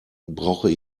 brauche